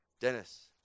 Dennis